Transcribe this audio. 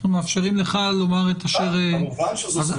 אנחנו מאפשרים לך לומר את --- מותר לי למחות על כך.